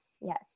yes